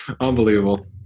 unbelievable